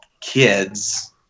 kids